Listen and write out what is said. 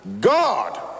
God